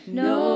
no